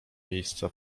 miejsca